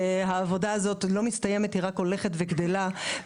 שהעבודה הזאת לא מסתיימת היא רק הולכת וגדלה,